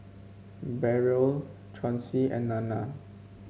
Beryl Chauncy and Nana